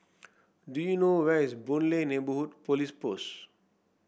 do you know where is Boon Lay Neighbourhood Police Post